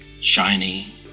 shiny